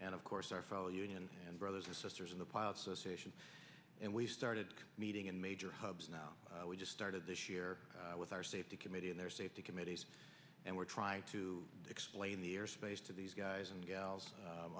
and of course our fellow union and brothers and sisters in the pilots association and we've started meeting and major hubs now we just started this year with our safety committee and their safety committees and we're trying to explain the airspace to these guys and gals